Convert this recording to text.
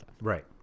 Right